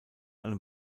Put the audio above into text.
einem